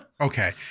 okay